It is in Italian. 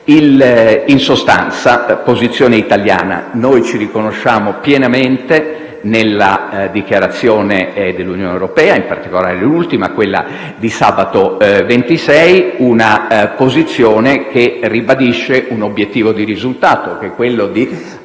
riguarda la posizione italiana, ci riconosciamo pienamente nella dichiarazione dell'Unione europea, in particolare l'ultima, quella di sabato 26 gennaio; una posizione che ribadisce un obiettivo di risultato: arrivare a